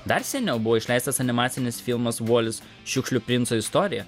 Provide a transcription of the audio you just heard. dar seniau buvo išleistas animacinis filmas vuolis šiukšlių princo istorija